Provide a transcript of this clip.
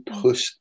push